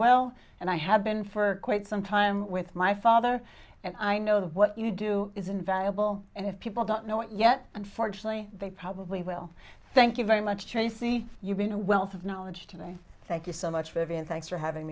well and i have been for quite some time with my father and i know that what you do is invaluable and if people don't know it yet unfortunately they probably will thank you very much tracy you've been a wealth of knowledge today thank you so much for having thanks for having